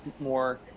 more